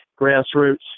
grassroots